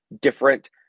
different